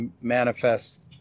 manifest